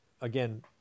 again